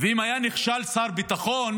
אילו שר ביטחון